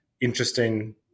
interesting